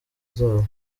zabo